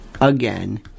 again